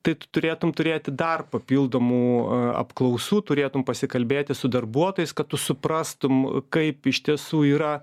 tai tu turėtum turėti dar papildomų a apklausų turėtum pasikalbėti su darbuotojais kad tu suprastum kaip iš tiesų yra